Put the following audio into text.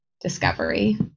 discovery